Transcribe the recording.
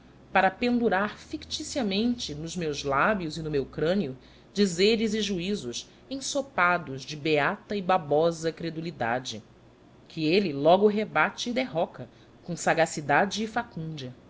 para pendurar ficticiamente nos meus lábios e no meu crânio dizeres e juízos ensopados de beata e babosa credulidade que ele logo rebate e derroca com sagacidade e facúndia